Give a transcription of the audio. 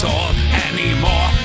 anymore